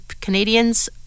Canadians